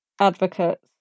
advocates